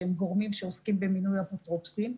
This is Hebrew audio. שהם גורמים שעוסקים במינוי אפוטרופוסים,